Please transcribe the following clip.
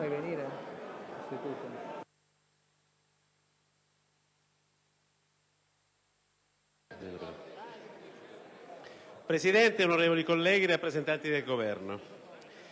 Presidente, onorevoli colleghi, rappresentanti del Governo,